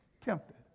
tempted